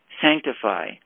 Sanctify